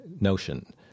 notion